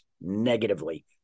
negatively